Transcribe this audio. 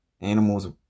animals